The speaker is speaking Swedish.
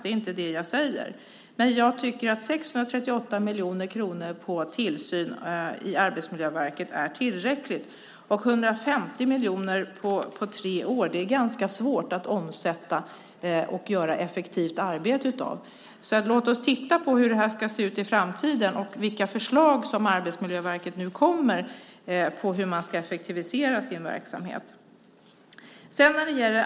Det är inte det jag säger. Men jag tycker att 638 miljoner kronor för tillsyn i Arbetsmiljöverket är tillräckligt. 150 miljoner på tre år är ganska svårt att omsätta och göra effektivt arbete av. Låt oss titta på hur det ska se ut i framtiden och vilka förslag som Arbetsmiljöverket kommer med om hur man ska effektivisera sin verksamhet.